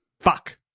Fuck